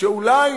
שאולי